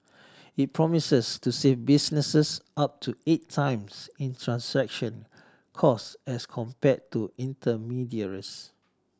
it promises to save businesses up to eight times in transaction cost as compared to intermediaries